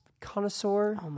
connoisseur